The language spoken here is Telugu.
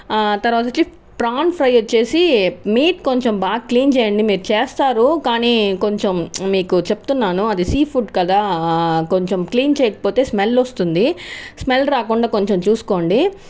తర్వాత వచ్చి ప్రాన్ ఫ్రై వచ్చి మీట్ కొంచెం బాగా క్లీన్ చేయండి మీరు చేస్తారు కానీ కొంచెం మీకు చెప్తున్నాను అది సీ ఫుడ్ కదా కొంచెం క్లీన్ చేయకపోతే స్మెల్ వస్తుంది స్మెల్ రాకుండా కొంచెం చూసుకోండి